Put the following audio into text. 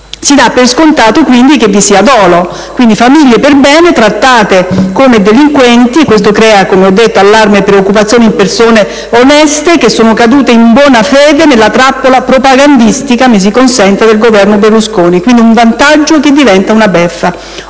quindi per scontato che vi sia dolo, con famiglie perbene trattate come delinquenti; questo crea, come ho detto, allarme e preoccupazione in persone oneste, che sono cadute in buona fede nella trappola propagandistica, mi si consenta, del precedente Governo Berlusconi. Un vantaggio che pertanto diventa una beffa.